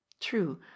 true